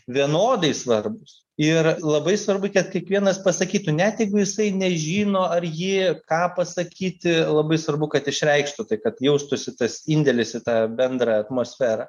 vienodai svarbūs ir labai svarbu kad kiekvienas pasakytų net jeigu jisai nežino ar ji ką pasakyti labai svarbu kad išreikštų tai kad jaustųsi tas indėlis į tą bendrą atmosferą